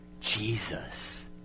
Jesus